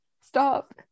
stop